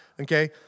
okay